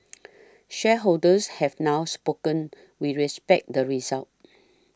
shareholders have now spoken we respect the result